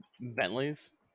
bentley's